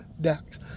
decks